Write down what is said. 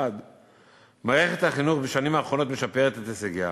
1. מערכת החינוך בשנים האחרונות משפרת את הישגיה.